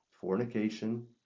fornication